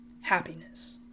happiness